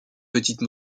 petite